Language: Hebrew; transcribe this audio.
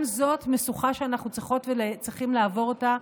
גם זאת משוכה שאנחנו צריכות וצריכים לעבור אותה,